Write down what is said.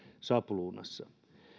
sapluunassa